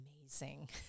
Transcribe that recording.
amazing